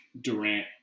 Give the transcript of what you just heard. Durant